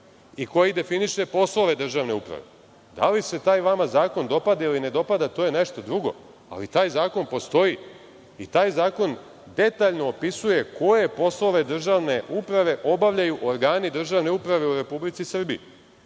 i koji definiše poslove državne uprave. Da li se taj vama zakon dopada ili ne dopada, to je nešto drugo, ali taj zakon postoji i taj zakon detaljno opisuje koje poslove državne uprave obavljaju organi državne uprave u Republici Srbiji,